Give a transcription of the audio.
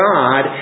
God